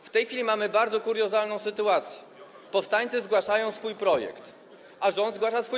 W tej chwili mamy bardzo kuriozalną sytuację: powstańcy zgłaszają swój projekt, a rząd zgłasza swój.